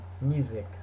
music